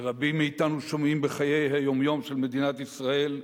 שרבים מאתנו שומעים בחיי היום-יום של מדינת ישראל,